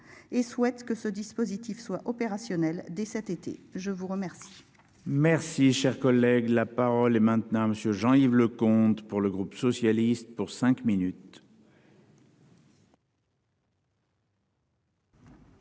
et souhaite que ce dispositif soit opérationnel dès cet été, je vous remercie. Merci, cher collègue, la parole est maintenant monsieur Jean-Yves Le Leconte pour le groupe socialiste pour cinq minutes.